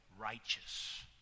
righteous